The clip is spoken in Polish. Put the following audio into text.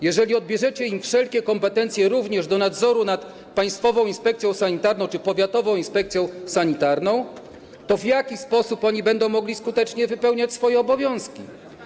Jeżeli odbierzecie im wszelkie kompetencje, również w zakresie nadzoru nad Państwową Inspekcją Sanitarną czy powiatową inspekcją sanitarną, to w jaki sposób będą oni mogli skutecznie wypełniać swoje obowiązki?